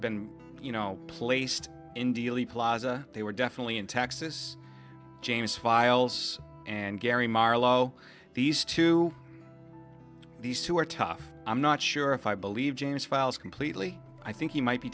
been you know placed in dealey plaza they were definitely in texas james files and gary marlowe these two these two are tough i'm not sure if i believe james files completely i think he might be